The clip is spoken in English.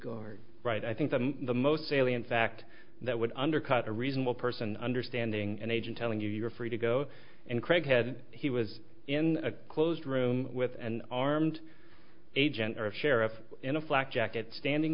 guard right i think the most salient fact that would undercut a reasonable person understanding an agent telling you you're free to go and craig said he was in a closed room with an armed agent or of sheriff in a flak jacket standing